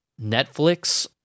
Netflix